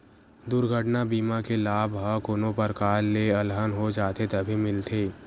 दुरघटना बीमा के लाभ ह कोनो परकार ले अलहन हो जाथे तभे मिलथे